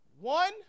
One